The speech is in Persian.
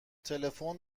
تلفن